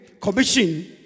commission